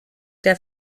der